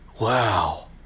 Wow